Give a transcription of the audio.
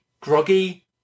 Groggy